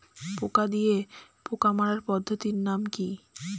পোকা দিয়ে পোকা মারার পদ্ধতির নাম কি?